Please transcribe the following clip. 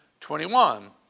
21